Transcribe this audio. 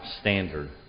standard